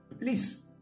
please